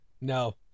No